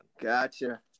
Gotcha